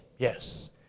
Yes